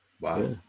Wow